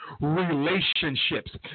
Relationships